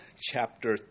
chapter